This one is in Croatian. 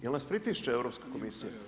Jel' nas pritišće Europska komisija?